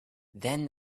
then